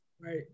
right